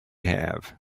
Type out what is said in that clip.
have